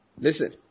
Listen